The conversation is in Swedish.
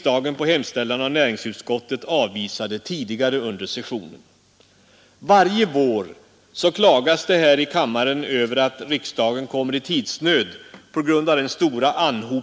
De är oroliga ändå inför vad som skulle kunna hända den 16 september. Herr Kristiansson i Harplinge har ställt några frågor till mig.